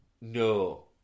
No